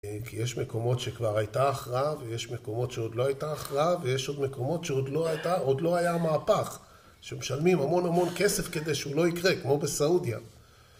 כי יש מקומות שכבר הייתה הכרעה ויש מקומות שעוד לא הייתה הכרעה ויש עוד מקומות שעוד לא היה מהפך שמשלמים המון המון כסף כדי שהוא לא יקרה כמו בסעודיה